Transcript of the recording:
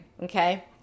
okay